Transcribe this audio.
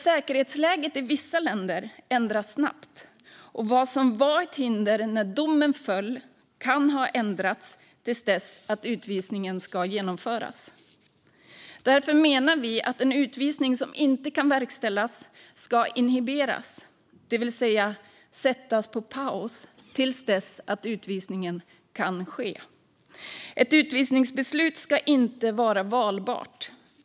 Säkerhetsläget i vissa länder ändras snabbt, och vad som var ett verkställighetshinder när domen föll kan ha ändrats till dess att utvisningen ska genomföras. Därför menar vi att en utvisning som inte kan verkställas ska inhiberas, det vill säga sättas på paus, till dess att utvisningen kan ske. Ett utvisningsbeslut ska inte vara valbart.